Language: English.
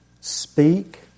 speak